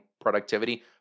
productivity